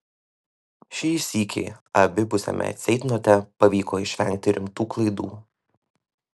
šį sykį abipusiame ceitnote pavyko išvengti rimtų klaidų